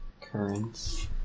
Currents